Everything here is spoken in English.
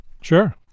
Sure